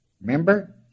Remember